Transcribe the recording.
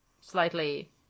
slightly